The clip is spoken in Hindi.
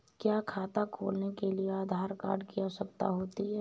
क्या खाता खोलने के लिए आधार कार्ड की आवश्यकता होती है?